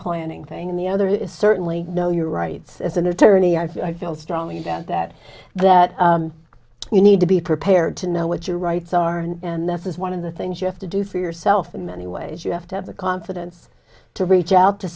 planning thing and the other is certainly know your rights as an attorney i feel i feel strongly about that that you need to be prepared to know what your rights are and this is one of the things you have to do for yourself in many ways you have to have the confidence to reach out to